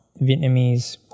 Vietnamese